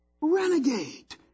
Renegade